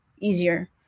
easier